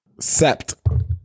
Sept